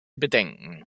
bedenken